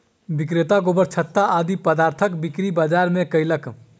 विक्रेता गोबरछत्ता आदि पदार्थक बिक्री बाजार मे कयलक